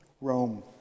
Rome